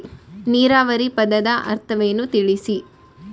ನೀರಾವರಿ ಪದದ ಅರ್ಥವನ್ನು ತಿಳಿಸಿ?